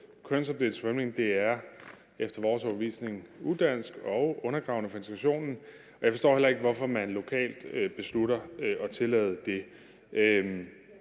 overbevisning udansk og undergravende for integrationen. Jeg forstår heller ikke, hvorfor man lokalt beslutter at tillade det.